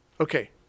okay